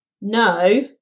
no